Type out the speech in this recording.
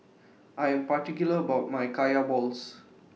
I Am particular about My Kaya Balls